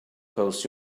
post